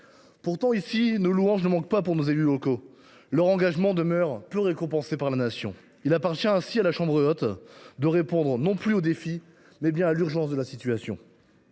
Pourtant, si nos louanges ne manquent pas pour nos élus locaux, leur engagement demeure peu récompensé par la Nation. Il appartient ainsi à la chambre haute de répondre non plus aux défis, mais bien à l’urgence. On